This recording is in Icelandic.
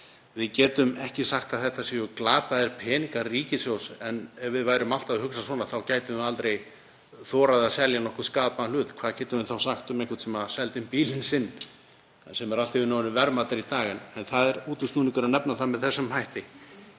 við getum ekki sagt að þetta séu glataðir peningar ríkissjóðs. Ef við værum alltaf að hugsa svona þá gætum við aldrei þorað að selja nokkurn skapaðan hlut. Hvað getum við þá sagt um einhvern sem seldi bílinn sinn sem er allt í einu orðinn verðmætari í dag? Það er útúrsnúningur að nefna það með þessum hætti.